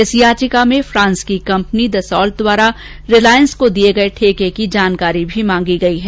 इस याचिका में फांस की कंपनी दसाल्ट द्वारा रिलायंस को दिए गए ठेके की जानकारी भी मांगी गई है